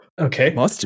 okay